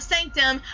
Sanctum